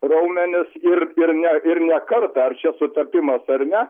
raumenis ir ir ne ir ne kartą ar čia sutapimas ar ne